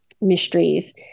mysteries